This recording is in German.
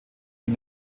die